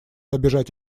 обижать